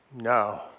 No